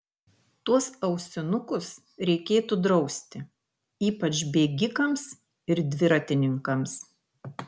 tuos ausinukus reikėtų drausti ypač bėgikams ir dviratininkams